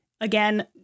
Again